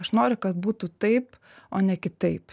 aš noriu kad būtų taip o ne kitaip